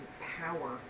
power